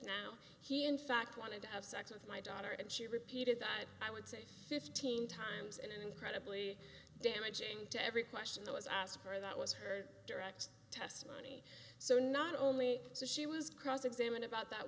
now he in fact wanted to have sex with my daughter and she repeated that i would say fifteen times and incredibly damaging to every question i was asked for that was her direct testimony so not only so she was cross examined about that